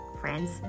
friends